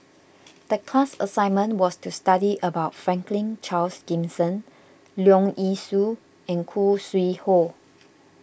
the class assignment was to study about Franklin Charles Gimson Leong Yee Soo and Khoo Sui Hoe